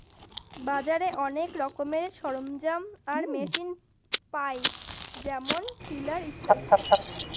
বাজারে অনেক রকমের সরঞ্জাম আর মেশিন পায় যেমন টিলার ইত্যাদি